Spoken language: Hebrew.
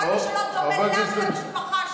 כל מי שלא דומה לה ולמשפחה שלה.